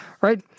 right